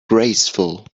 graceful